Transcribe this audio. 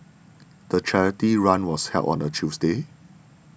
the charity run was held on a Tuesday